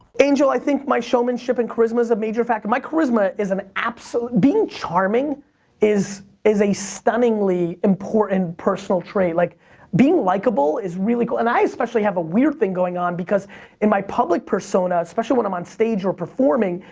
angel, i think my showmanship and charisma is a major fact, my charisma is an absolute, being charming is is a stunningly important personal trait. like being likable is really cool and i, especially, have a weird thing going on because in my public persona, especially when i'm on stage or performing,